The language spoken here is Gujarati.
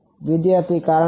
વિદ્યાર્થી કારણ છે